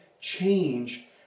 change